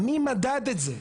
מי מדד את זה?